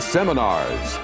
Seminars